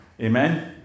Amen